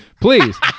please